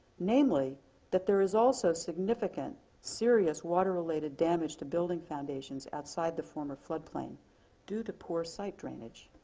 namely that there is also significant, serious water related damage to building foundations outside the former flood plain due to poor site drainage.